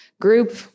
group